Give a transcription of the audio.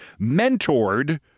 mentored